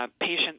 Patients